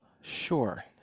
Sure